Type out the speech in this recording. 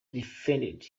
defended